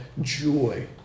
joy